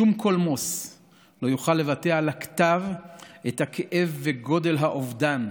שום קולמוס לא יוכל לבטא בכתב את הכאב וגודל האובדן.